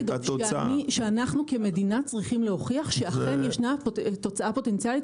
אנחנו צריכים להוכיח שאכן ישנה תוצאה פוטנציאלית